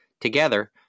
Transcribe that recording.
Together